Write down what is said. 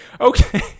Okay